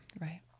Right